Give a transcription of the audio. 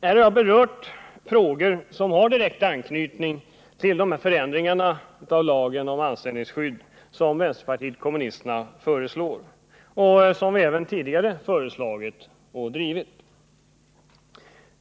Här har jag berört frågor som har direkt anknytning till de förändringar av lagen om anställningsskydd som vänsterpartiet kommunisterna föreslår och som vi även tidigare föreslagit och drivit.